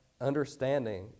understanding